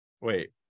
Wait